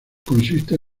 consiste